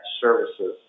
services